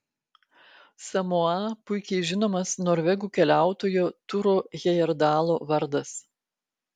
samoa puikiai žinomas norvegų keliautojo turo hejerdalo vardas